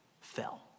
fell